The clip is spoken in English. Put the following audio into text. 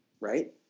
right